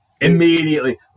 immediately